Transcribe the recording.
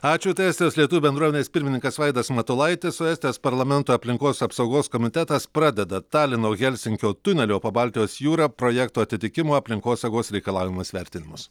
ačiū tai estijos lietuvių bendruomenės pirmininkas vaidas matulaitis o estijos parlamento aplinkos apsaugos komitetas pradeda talino helsinkio tunelio po baltijos jūra projekto atitikimo aplinkosaugos reikalavimus vertinimus